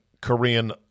Korean